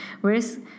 whereas